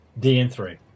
DN3